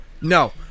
No